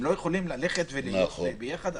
הם לא יכולים ללכת וליהנות ביחד?